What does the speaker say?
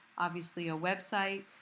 obviously a website.